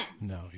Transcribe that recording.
no